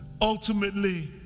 Ultimately